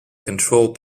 control